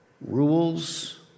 Rules